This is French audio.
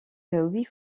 huit